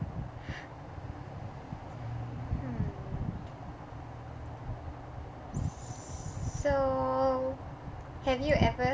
so have you ever